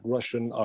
Russian